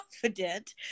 confident